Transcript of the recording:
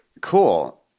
cool